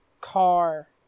car